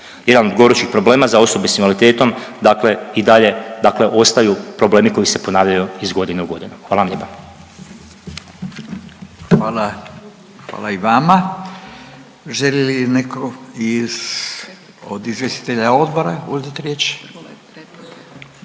Jedan od gorućih problema za osobe s invaliditetom dakle i dalje ostaju problemi koji se ponavljaju iz godine u godinu. Hvala vam lijepa. **Radin, Furio (Nezavisni)** Hvala i vama. Želi li neko od izvjestitelja odbora uzeti riječ?